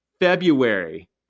February